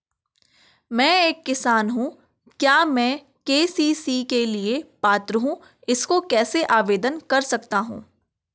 मैं एक किसान हूँ क्या मैं के.सी.सी के लिए पात्र हूँ इसको कैसे आवेदन कर सकता हूँ?